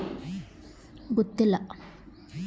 NBFC ಬ್ಯಾಂಕಿನಲ್ಲಿ RD ಸೇವೆ ಇರುತ್ತಾ?